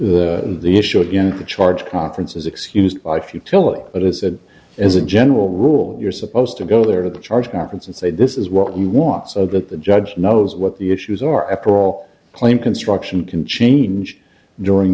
e the issue of the charge conference is excused by futility but instead as a general rule you're supposed to go there to the charge conference and say this is what we want so that the judge knows what the issues are after all plain construction can change during